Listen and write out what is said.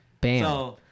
Bam